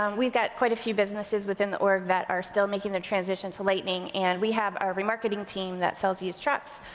um we've got quite a few businesses within the org that are still making the transition to lightning. and we have our remarketing team that sells used trucks.